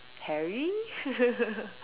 Harry